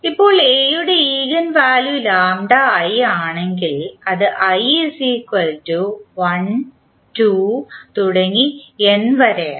ഇപ്പോൾ എ യുടെ eigen value ആണെങ്കിൽ അത് i 1 2 n